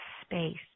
space